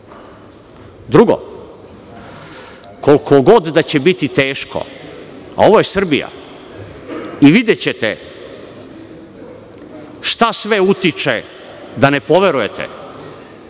koliko god da će biti teško, a ovo je Srbija i videćete šta sve utiče, da ne poverujete,